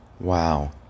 wow